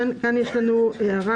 כאן יש לנו הערה.